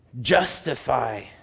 justify